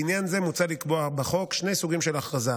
לעניין זה מוצע לקבוע בחוק שני סוגים של הכרזה: